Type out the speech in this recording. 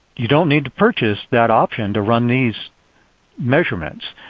you don't need to purchase that option to run these measurements.